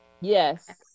Yes